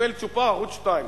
קיבל צ'ופר, ערוץ-2.